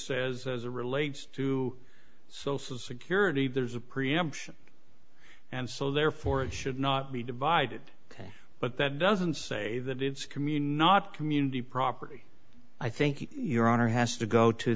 says as a relates to social security there's a preemption and so therefore it should not be divided but that doesn't say that it's a commune not community property i think your honor has to go to